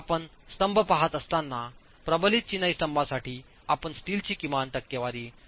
आपण स्तंभ पहात असताना प्रबलित चिनाई स्तंभांसाठी आपण स्टीलची किमान टक्केवारी 0